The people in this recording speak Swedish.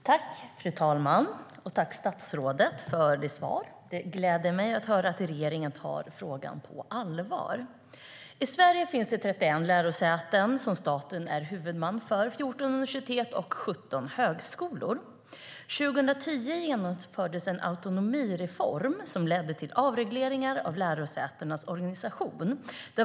Fru talman! Tack, statsrådet, för ditt svar! Det gläder mig att höra att regeringen tar frågan på allvar.I Sverige finns det 31 lärosäten som staten är huvudman för, 14 universitet och 17 högskolor. År 2010 genomfördes en autonomireform som ledde till avregleringar av lärosätenas organisation.